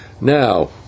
Now